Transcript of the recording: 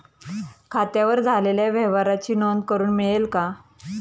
खात्यावर झालेल्या व्यवहाराची नोंद करून मिळेल का?